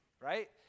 right